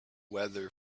weather